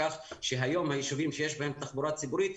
כך שהיום היישובים שיש בהם תחבורה ציבורית,